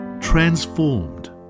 transformed